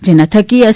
જેના થકી એસ